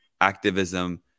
activism